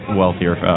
wealthier